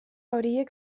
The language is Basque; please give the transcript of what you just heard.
horiek